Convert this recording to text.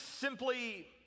simply